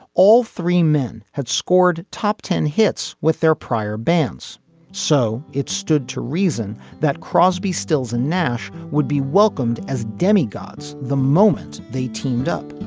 all three men had scored top ten hits with their prior bands so it stood to reason that crosby stills and nash would be welcomed as demigods. the moment they teamed up